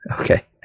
Okay